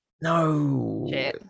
No